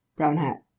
brown hat.